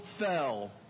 fell